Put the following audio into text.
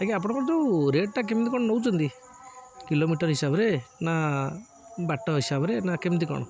ଆଜ୍ଞା ଆପଣଙ୍କର ଯୋଉ ରେଟ୍ଟା କେମିତି କ'ଣ ନଉଚନ୍ତି କିଲୋମିଟର ହିସାବରେ ନା ବାଟ ହିସାବରେ ନା କେମିତି କ'ଣ